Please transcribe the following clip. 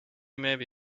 maybe